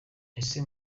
ese